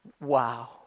Wow